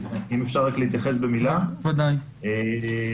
אם אפשר להתייחס במילה: ראשית,